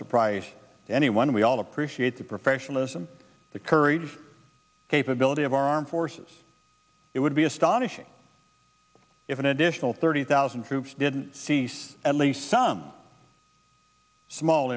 surprise to anyone we all appreciate the professionalism the courage capability of our armed forces it would be astonishing if an additional thirty thousand troops didn't seize at least some small